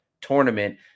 tournament